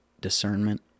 discernment